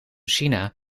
china